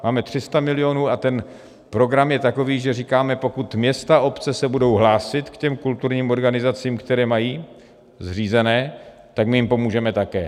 Máme 300 milionů a ten program je takový, že říkáme, že pokud města a obce se budou hlásit k těm kulturním organizacím, které mají zřízené, tak my jim pomůžeme také.